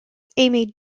amy